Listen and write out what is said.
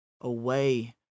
away